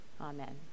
Amen